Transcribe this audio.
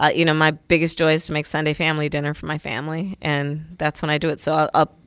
ah you know, my biggest joy is to make sunday family dinner for my family. and that's when i do it. so i'll, ah